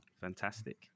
fantastic